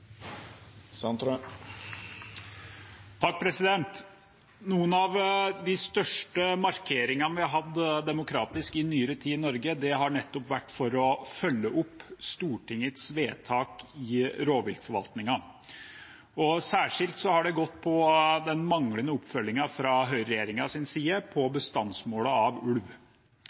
hatt i nyere tid i Norge, har nettopp vært for å følge opp Stortingets vedtak i rovviltforvaltningen. Særskilt har det gått på den manglende oppfølgingen fra høyreregjeringens side av bestandsmålet for ulv.